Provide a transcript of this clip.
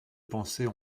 pensées